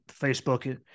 Facebook